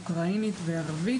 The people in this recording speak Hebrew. אוקראינית וערבית.